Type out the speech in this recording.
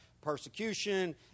persecution